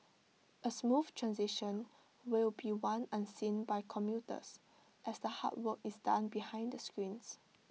A smooth transition will be one unseen by commuters as the hard work is done behind the scenes